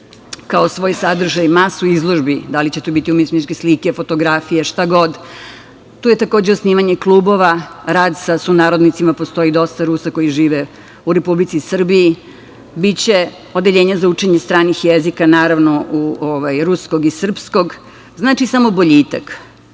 kao svoj sadržaj masu izložbi, da li će to biti umetničke slike, fotografije, šta god. Tu je, takođe, osnivanje klubova, rad sa sunarodnicima. Postoji dosta Rusa koji žive u Republici Srbiji. Biće odeljenja za učenje stranih jezika, naravno ruskog i srpskog. Znači, samo boljitak.